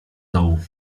dołu